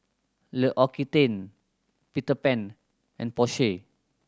L'Occitane Peter Pan and Porsche